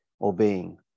obeying